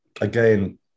again